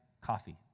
coffee